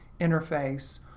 interface